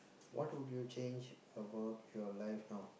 what would you change about your life now